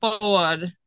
forward